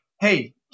Hey